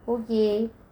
okay